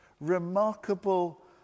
remarkable